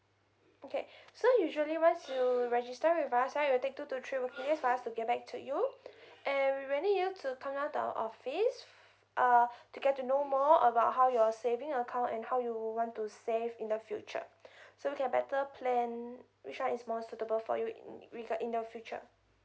okay so usually once you register with us right it'll take two to three working days for us to get back to you and we will need you to come down to our office uh to get to know more about how your saving account and how you want to save in the future so we can better plan which one is more suitable for you in regard in the future